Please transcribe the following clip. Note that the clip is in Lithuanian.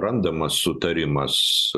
randamas sutarimas